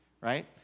right